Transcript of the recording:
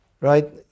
right